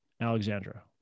Alexandra